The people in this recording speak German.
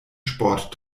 sport